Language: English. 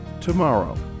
Tomorrow